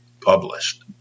published